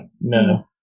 no